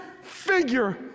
figure